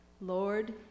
lord